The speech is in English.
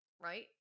right